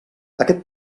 aquest